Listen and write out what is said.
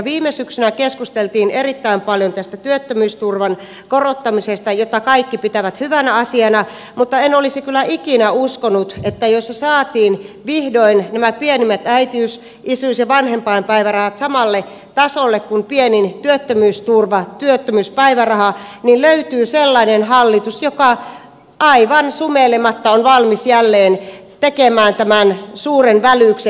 viime syksynä keskusteltiin erittäin paljon tästä työttömyysturvan korottamisesta jota kaikki pitävät hyvänä asiana mutta en olisi kyllä ikinä uskonut että kun vihdoin saatiin nämä pienimmät äitiys isyys ja vanhempainpäivärahat samalle tasolle kuin pienin työttömyysturva työttömyyspäiväraha niin löytyy sellainen hallitus joka aivan sumeilematta on valmis jälleen tekemään tämän suuren välyksen